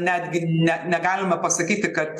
netgi ne negalime pasakyti kad